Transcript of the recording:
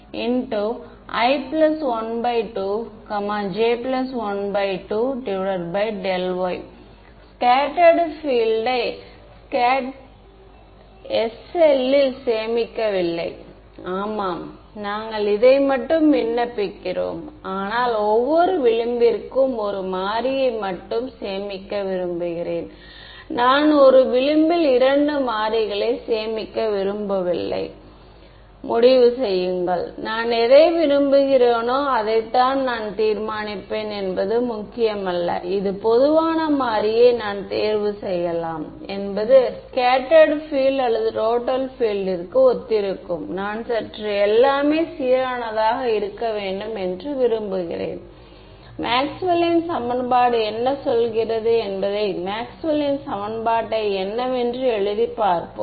எனவே இந்த சமன்பாடு 1 ஐ இங்கே வைப்போம் என்று கூறும் போதே அது இங்கே நிறுத்தி வைக்கப்பட்டிருக்கும் லாசி மீடியத்தின் அடுத்த தோற்றத்தை ஒப்பிடுவதைப் பற்றி பார்ப்போம் நாங்கள் எதையாவது பயன்படுத்துவோம் அது மிகவும் எளிமையானதாக இருக்கும் ஆம் அது ஓம் சட்டம் ohm's law ஆகும் முன்பு நாங்கள் ஏற்கனவே செய்த ஓம் சட்டத்தைப் இங்கே பயன்படுத்துவோம்